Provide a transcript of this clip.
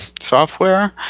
software